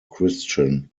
christian